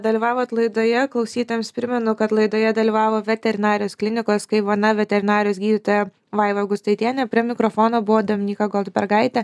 dalyvavot laidoje klausytojams primenu kad laidoje dalyvavo veterinarijos klinikos skaivana veterinarijos gydytoja vaiva gustaitienė prie mikrofono buvo dominyka goldbergaitė